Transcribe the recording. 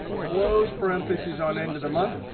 close parentheses on end of the month,